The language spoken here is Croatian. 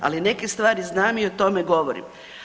Ali neke stvari znam i o tome govorim.